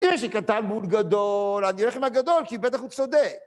אם יש לי קטן מול גדול, אני אלך עם הגדול, כי בטח הוא צודק.